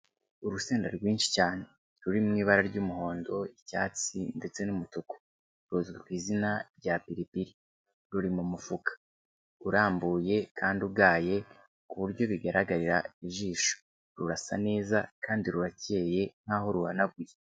Urusenda rwinshi cyane ruri mu ibara ry'umuhondo, icyatsi, ndetse n'umutuku ruzwi ku izina rya pilipiri. Ruri mu mufuka urambuye kandi ugaye ku buryo bigaragarira ijisho, rurasa neza kandi rurakeye nk'aho ruhanaguye.